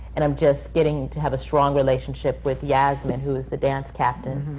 and i'm just getting to have a strong relationship with yassmin, who is the dance captain.